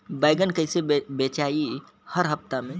बैगन कईसे बेचाई हर हफ्ता में?